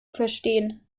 verstehen